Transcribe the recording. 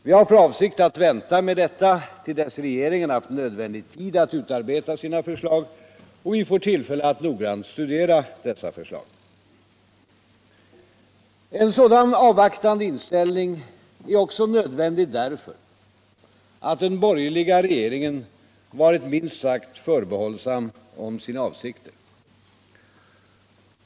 Vi har för avsikt att vänta med detta till dess regeringen haft nödvändig tid för att utarbeta sina förslag och vi får tillfälle att noggrant studera dessa förslag. En sådan avvaktande inställning är också nödvändig därför att den borgerliga regeringen varit minst sagt förbehällsam om sina avsikter.